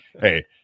hey